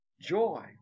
joy